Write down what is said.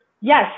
Yes